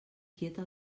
quieta